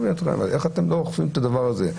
איך אתם לא אוכפים את הדבר הזה.